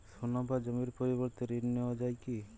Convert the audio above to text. সোনা বা জমির পরিবর্তে ঋণ নেওয়া যায় কী?